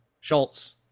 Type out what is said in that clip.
Schultz